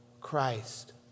Christ